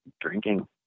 drinking